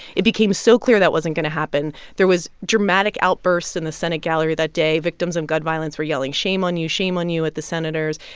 it became so clear that wasn't going to happen there was dramatic outbursts in the senate gallery that day. victims of gun violence were yelling, shame on you, shame on you, at the senators.